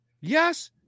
yes